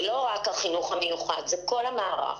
זה לא רק החינוך המיוחד, זה כל המערך.